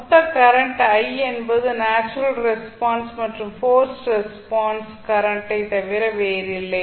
மொத்த current i என்பது natural response மற்றும் போர்ஸ்ட் ரெஸ்பான்ஸ் கரண்டை தவிர வேறில்லை